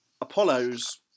Apollo's